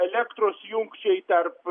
elektros jungčiai tarp